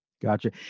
Gotcha